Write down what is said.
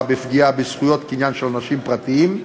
בפגיעה בזכויות קניין של אנשים פרטיים,